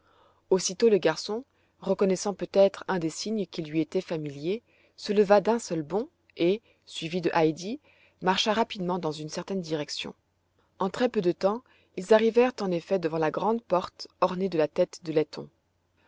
aussitôt le garçon reconnaissant peut-être un des signes qui lui étaient familiers se leva d'un seul bond et suivi de heidi marcha rapidement dans une certaine direction en très-peu de temps ils arrivèrent en effet devant la grande porte ornée de la tête de laiton